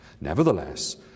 Nevertheless